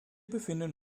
befinden